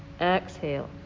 exhale